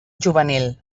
juvenil